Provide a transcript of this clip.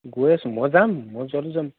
গৈ আছোঁ মই যাম মই যোৱাতো যাম